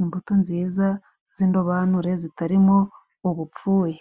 imbuto nziza z'indobanure zitarimo ubupfuye.